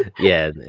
yeah,